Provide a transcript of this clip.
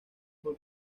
por